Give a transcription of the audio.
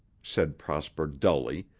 said prosper dully,